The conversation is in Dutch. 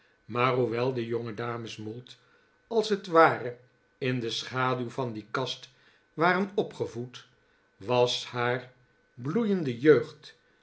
maar hoewel de jongedames mould als het ware in de schaduw van die kast waren opgevoed was haar bloeiende jeugd